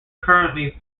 currently